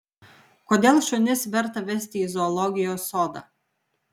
kodėl šunis verta vesti į zoologijos sodą